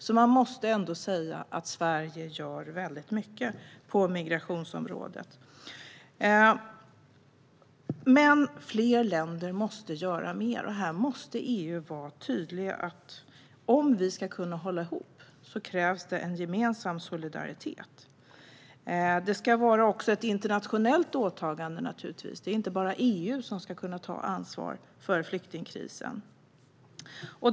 Så man måste ändå säga att Sverige gör väldigt mycket på migrationsområdet. Men fler länder måste göra mer, och här måste EU vara tydligt: Om vi ska kunna hålla ihop krävs en gemensam solidaritet. Det ska naturligtvis också vara ett internationellt åtagande; det är inte bara EU som ska ta ansvar för flyktingkrisen.